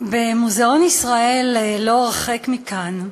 במוזיאון ישראל, לא הרחק מכאן,